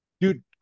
dude